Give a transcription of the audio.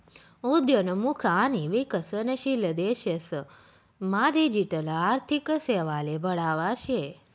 उद्योन्मुख आणि विकसनशील देशेस मा डिजिटल आर्थिक सेवाले बढावा शे